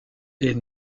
est